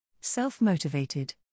Self-Motivated